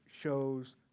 shows